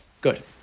Good